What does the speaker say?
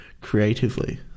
creatively